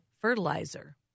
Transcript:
fertilizer